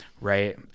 right